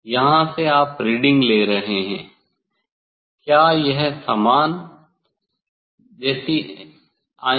यहाँ से आप रीडिंग ले रहे हैं क्या यह समान जैसी आएँगी